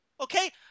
Okay